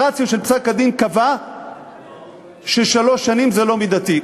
הרציו של פסק-הדין קבע ששלוש שנים זה לא מידתי,